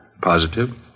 Positive